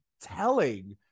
telling